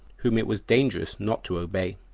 whom it was dangerous not to obey.